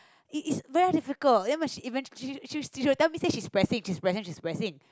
is is very difficult then whe~ even she she she will tell me she is pressing she's pressing she's pressing